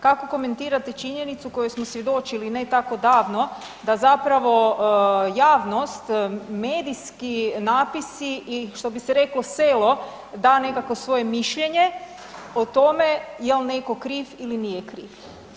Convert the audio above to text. Kako komentirate činjenicu kojoj smo svjedočiti ne tako davno da zapravo javnost, medijski napisi i što bi se reklo selo da nekakvo svoje mišljenje o tome jel neko kriv ili nije kriv.